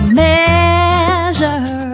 measure